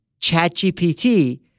ChatGPT